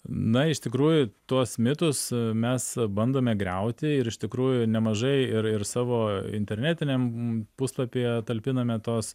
na iš tikrųjų tuos mitus mes bandome griauti ir iš tikrųjų nemažai ir ir savo internetiniam puslapyje talpiname tos